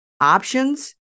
options